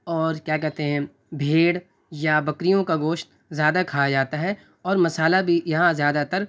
اور کیا کہتے ہیں بھیڑ یا بکریوں کا گوشت زیادہ کھایا جاتا ہے اور مصالحہ بھی یہاں زیادہ تر